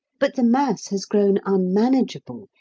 but the mass has grown unmanageable,